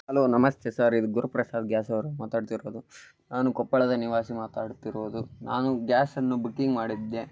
hello ನಮಸ್ತೆ sir ಇದು Guruprasad gas ಅವರಾ ಮಾತಾಡ್ತಿರೋದು ನಾನು ಕೊಪ್ಪಳದ ನಿವಾಸಿ ಮಾತಾಡ್ತಿರೋದು ನಾನು ಗ್ಯಾಸನ್ನು ಬುಕ್ಕಿಂಗ್ ಮಾಡಿದ್ದೆ